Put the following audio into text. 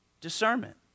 discernment